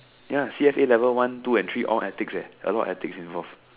ya C_S_A level one two and three all ethics leh a lot of ethics involved